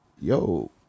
yo